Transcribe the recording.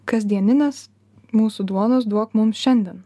kasdieninės mūsų duonos duok mums šiandien